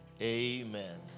Amen